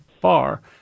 far